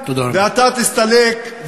ואתה תסתלק,